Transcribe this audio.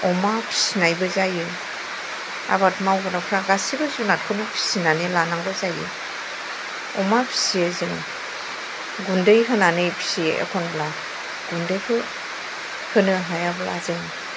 अमा फिसिनायबो जायो आबाद मावग्राफ्रा गासिबो जुनातखौनो फिसिनानै लानांगौ जायो अमा फिसियो जों गुन्दै होनानै फिसियो एखम्बा गुन्दैखौ होनो हायाब्ला जों